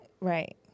Right